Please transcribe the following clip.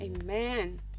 Amen